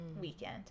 weekend